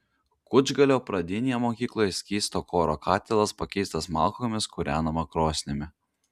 kučgalio pradinėje mokykloje skysto kuro katilas pakeistas malkomis kūrenama krosnimi